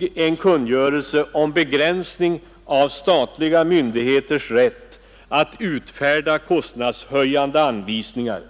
i en kungörelse förordnade om begränsning av statliga myndigheters rätt att utfärda kostnadshöjande anvisningar.